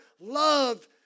love